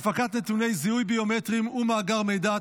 הפקת נתוני זיהוי ביומטריים ומאגר מידע,